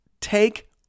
take